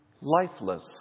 lifeless